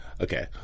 Okay